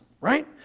right